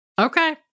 Okay